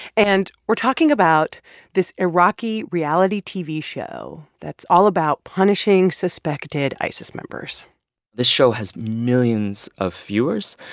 and we're talking about this iraqi reality tv show that's all about punishing suspected isis members this show has millions of viewers.